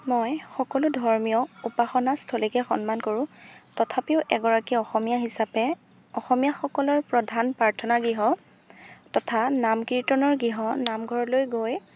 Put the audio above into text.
মই সকলো ধৰ্মীয় উপাসনাস্থলীকে সন্মান কৰোঁ তথাপিও এগৰাকী অসমীয়া হিচাপে অসমীয়াসকলৰ প্ৰধান প্ৰাৰ্থনা গৃহ তথা নাম কীৰ্তনৰ গৃহ নামঘৰলৈ গৈ